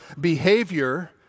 behavior